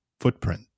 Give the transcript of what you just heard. footprint